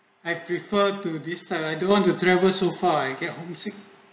I prefer to this time I don't want to travel so far I get homesick